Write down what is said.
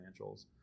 financials